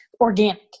organic